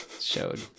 showed